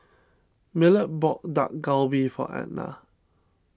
Millard bought Dak Galbi for Ednah